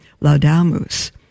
Laudamus